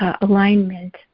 alignment